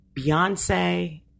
Beyonce